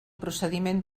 procediment